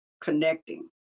connecting